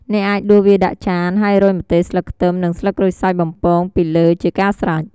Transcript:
អ្នកអាចដួសវាដាក់ចាន ហើយរោយម្ទេស ស្លឹកខ្ទឹម និងស្លឹកក្រូចសើចបំពង ពីលើជាការស្រេច។